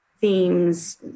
themes